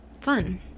Fun